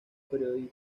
periodo